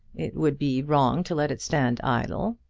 it would be wrong to let it stand idle.